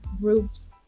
groups